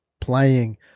playing